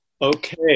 Okay